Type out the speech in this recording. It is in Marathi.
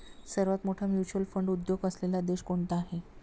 सर्वात मोठा म्युच्युअल फंड उद्योग असलेला देश कोणता आहे?